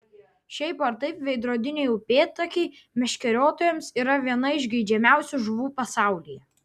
šiaip ar taip veidrodiniai upėtakiai meškeriotojams yra viena iš geidžiamiausių žuvų pasaulyje